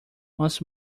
once